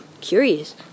curious